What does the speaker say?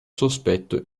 sospetto